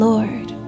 Lord